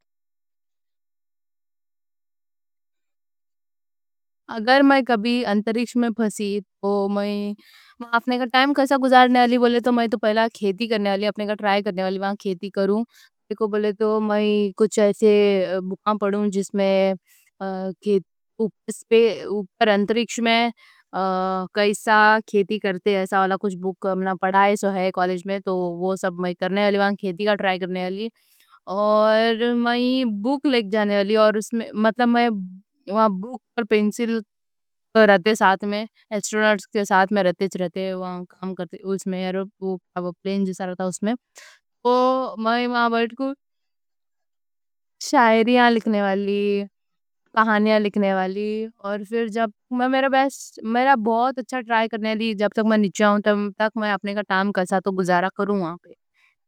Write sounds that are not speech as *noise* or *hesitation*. اگر میں کبھی انترکش میں پھسی تو اپنے کا ٹائم کیسا گزارنے؟ گزارنے بولے تو میں تو پہلے کھیتی کرنے کا اپنے کا ٹرائی کرنے والی، وہاں کھیتی کروں۔ میرے کو بولے تو میں کچھ ایسے بُکاں پڑھوں جس میں اوپر انترکش میں کیسے کرتے پڑھائے سو ہے کالج میں۔ وہ سب میں کرنے والی، وہاں کھیتی کا ٹرائی کرنے والی اور *hesitation* میں بُک لے جانے والی، مطلب میں وہاں۔ *hesitation* بُک اور پینسل رہتے، ایسٹروناٹس کے ساتھ میں رہتے، وہاں کام کرتے۔ وہاں میں بہت شاعریاں لکھنے والی، کہانیاں لکھنے والی۔ اور پھر میں میرا بہت اچھا ٹرائی کرنے لیے، جب میں نیچا ہوں تب تک میں اپنے کا ٹائم کیسا تو گزارا کروں وہاں پہ۔